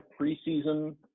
preseason